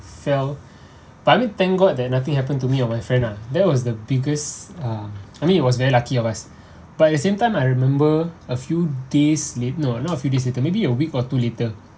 fell but I mean thank god that nothing happened to me or my friend ah that was the biggest uh I mean it was very lucky of us but at same time I remember a few days late~ no not a few days later maybe a week or two later